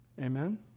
Amen